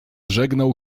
żegnał